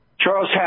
Charles